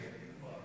הייתי כבר.